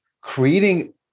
creating